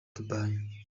dubai